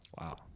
wow